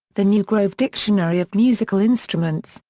the new grove dictionary of musical instruments,